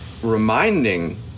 Reminding